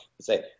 Say